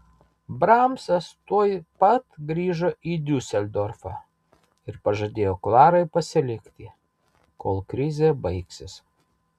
bramsas tuoj pat grįžo į diuseldorfą ir pažadėjo klarai pasilikti kol krizė baigsis